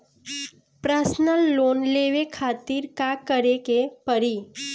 Personal loan लेवे खातिर का करे के पड़ी?